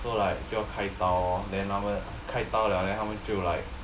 so like 就要开刀哦 then after that 开刀了 then 他们就 like